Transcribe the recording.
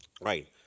Right